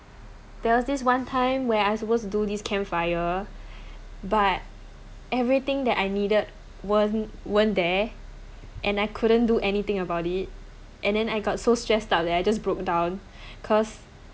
there was this one time where I supposed to do this campfire but everything that I needed weren't weren't there and I couldn't do anything about it and then I got so stressed out that I just broke down cause